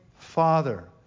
Father